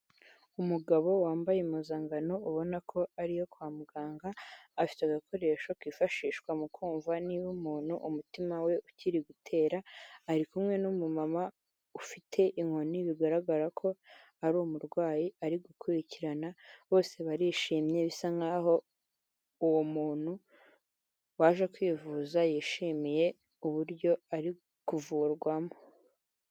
Umugabo wambaye impuzankano ubona ko ariyo kwa muganga afite agakoresho kifashishwa mu kumva niba umuntu umutima we ukiri gutera ari kumwe n'umumama ufite inkoni bigaragara ko ari umurwayi ari gukurikirana bose barishimye bisa nkaho uwo muntu waje kwivuza yishimiye uburyo ari kuvurwamo.